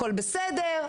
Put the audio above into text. הכול בסדר.